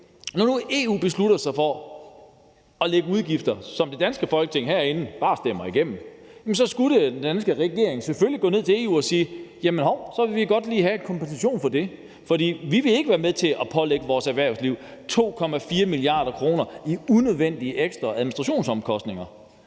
Når nu EU beslutter sig for at pålægge Danmark udgifter, som det danske Folketing herinde bare stemmer igennem, skulle den danske regering selvfølgelig gå ned til EU og sige: Jamen hov, så vil vi godt lige have kompensation for det, for vi vil ikke være med til at pålægge vores erhvervsliv 2,4 mia. kr. i unødvendige ekstra administrationsomkostninger.